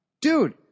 Dude